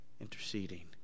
interceding